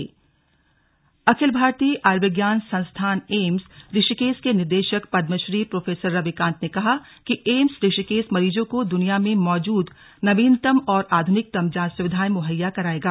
slug AIIMS Rishikesh Akhil Bharatiya Ayurvigyan Sansthan AIIMS Rishikesh के निदेशक Padma Shri professor Ravi Kant ने कहा कि एम्स ऋषिकेश मरीजों को द्रनिया में मौजूद नवीनतम और आध्निकतम जांच सुविधाएं मुहैया कराएगा